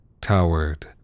towered